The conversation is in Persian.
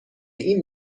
این